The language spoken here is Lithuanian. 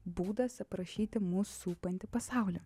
būdas aprašyti mus supantį pasaulį